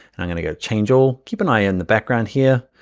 i'm going to go change all. keep an eye in the background here,